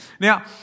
now